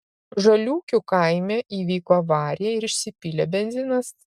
žaliūkių kaime įvyko avarija ir išsipylė benzinas